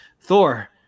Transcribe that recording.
Thor